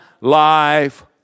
life